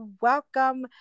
welcome